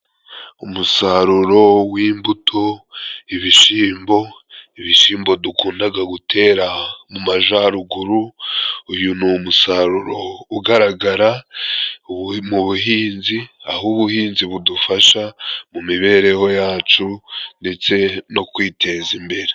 Umusaruro w'imbuto, ibishyimbo, ibisimbo dukundaga gutera mu majaruguru. Uyu ni umusaro ugaragara mu buhinzi aho ubuhinzi budufasha mu mibereho yacu ndetse no kwiteza imbere.